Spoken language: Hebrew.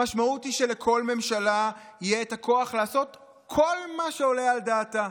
המשמעות היא שלכל ממשלה יהיה את הכוח לעשות כל מה שעולה על דעתה.